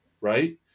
right